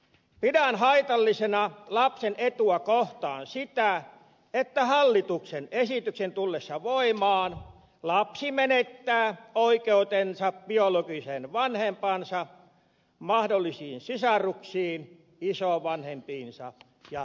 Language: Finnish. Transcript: pidän haitallisena lapsen etua kohtaan sitä että hallituksen esityksen tullessa voimaan lapsi menettää oikeutensa biologiseen vanhempaansa mahdollisiin sisaruksiinsa isovanhempiinsa ja serkkuihinsa